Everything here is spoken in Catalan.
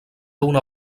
una